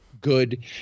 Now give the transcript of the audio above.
good